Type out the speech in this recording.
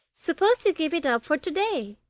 suppose we give it up for to-day